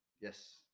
yes